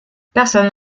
personne